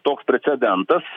toks precedentas